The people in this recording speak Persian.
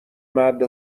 مرد